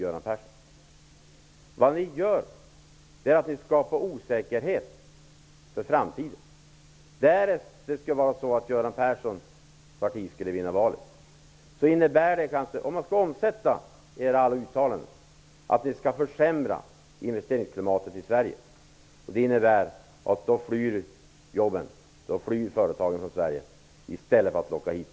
Det enda ni gör är att skapa osäkerhet för framtiden. Därest Göran Perssons parti skulle vinna valet och skulle omsätta alla sina uttalanden i praktiken och försämra investeringsklimatet i Sverige, innebär detta att då flyr företagen och jobben från Sverige i stället för att lockas hit.